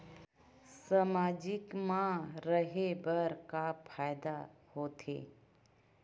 सामाजिक मा रहे बार का फ़ायदा होथे?